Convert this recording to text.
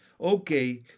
Okay